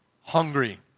hungry